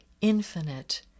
infinite